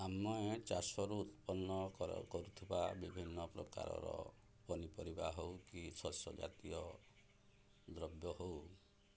ଆମେ ଚାଷରୁ ଉତ୍ପନ୍ନ କରୁଥିବା ବିଭିନ୍ନ ପ୍ରକାରର ପନିପରିବା ହେଉ କି ଶସ୍ୟ ଜାତୀୟ ଦ୍ରବ୍ୟ ହେଉ